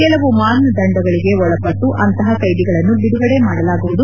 ಕೆಲವು ಮಾನದಂಡಗಳಿಗೆ ಒಳಪಟ್ಟು ಅಂತಹ ಕೈದಿಗಳನ್ನು ಬಿಡುಗಡೆ ಮಾಡಲಾಗುವುದು